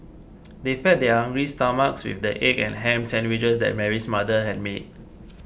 they fed their hungry stomachs with the egg and ham sandwiches that Mary's mother had made